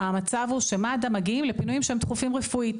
המצב הוא שמד"א מגיעים לפינויים שהם דחופים רפואית.